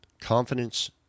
Confidence